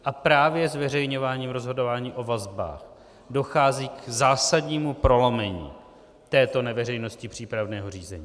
A právě zveřejňováním rozhodování o vazbách dochází k zásadnímu prolomení této neveřejnosti přípravného řízení.